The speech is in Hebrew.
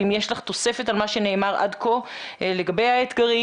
אם יש לך תוספת על מה שנאמר עד כה לגבי האתגרים,